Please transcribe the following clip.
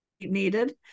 needed